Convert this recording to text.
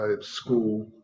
school